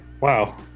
Wow